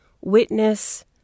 witness